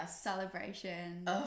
celebration